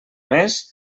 més